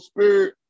Spirit